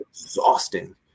exhausting